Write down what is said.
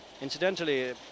incidentally